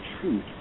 truth